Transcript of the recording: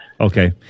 Okay